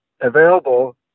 available